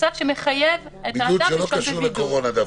בצו שמחייב את האדם לשהות בבידוד.